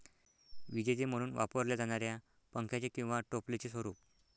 विजेते म्हणून वापरल्या जाणाऱ्या पंख्याचे किंवा टोपलीचे स्वरूप